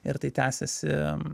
ir tai tęsėsi